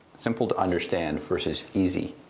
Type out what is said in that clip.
simple to understand, versus easy,